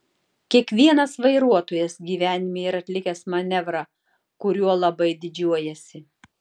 kiekvienas vairuotojas gyvenime yra atlikęs manevrą kuriuo labai didžiuojasi